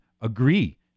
agree